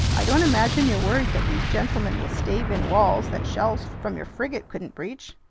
i don't imagine you're worried that these gentlemen will stave in walls that shells from your frigate couldn't breach?